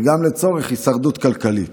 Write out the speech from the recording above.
וגם לצורך הישרדות כלכלית.